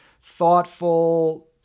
thoughtful